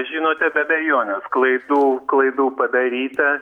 žinote be abejonės klaidų klaidų padaryta